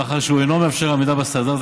מאחר שהוא אינו מאפשר עמידה בסטנדרטים